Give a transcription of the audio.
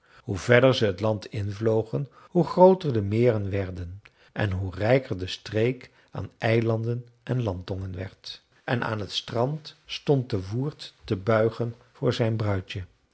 hoe verder ze het land invlogen hoe grooter de meren werden en hoe rijker de streek aan eilanden en landtongen werd en aan het strand stond de woerd te buigen voor zijn bruidje